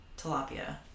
Tilapia